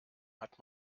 hat